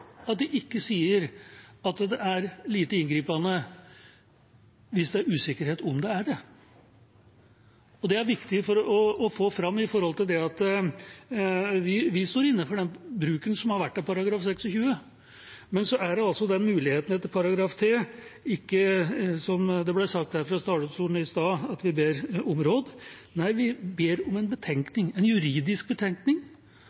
de ikke sier at det er «lite inngripende», hvis det er usikkerhet om det er det. Og det er viktig å få fram at vi står inne for den bruken som har vært av § 26. Men så er det altså den muligheten etter § 83, som ikke er, som det ble sagt fra talerstolen her i stad, at vi ber om råd, men vi ber om en